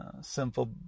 simple